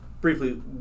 briefly